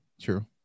True